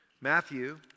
Matthew